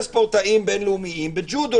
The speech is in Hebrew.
יש ספורטאים בין-לאומיים בג'ודו,